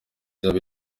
yaba